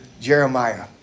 Jeremiah